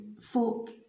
folk